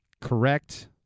correct